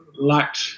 lacked